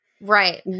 Right